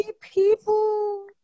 people